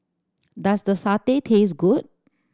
does the satay taste good